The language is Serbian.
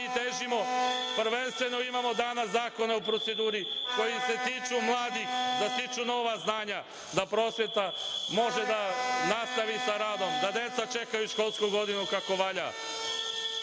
težimo, prvenstveno imamo danas zakone u proceduri koji se tiču mladih da stiču nova znanja, da prosveta može da nastavi sa radom, da deca čekaju školsku godinu kako valja.